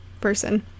person